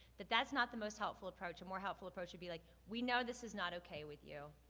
but that's not the most helpful approach. a more helpful approach would be like, we know this is not okay with you.